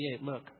Look